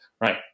Right